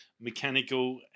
mechanical